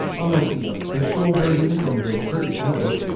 unlike the official version from the turkish network,